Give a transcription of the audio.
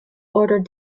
ordered